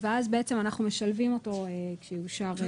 ואז אנחנו משלבים אותו כשיאושר התקציב.